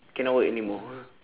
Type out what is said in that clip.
cannot work anymore